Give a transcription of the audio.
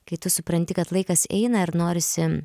kai tu supranti kad laikas eina ir norisi